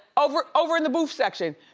over over in the booth section.